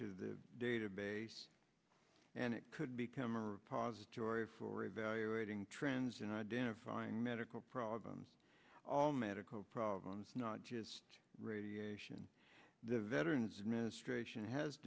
to the database and it could become or jory for evaluating trends and identifying medical problems all medical problems not just radiation the veterans administration has